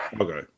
Okay